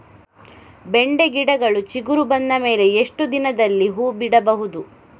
ಬೆಂಡೆ ಗಿಡಗಳು ಚಿಗುರು ಬಂದ ಮೇಲೆ ಎಷ್ಟು ದಿನದಲ್ಲಿ ಹೂ ಬಿಡಬಹುದು?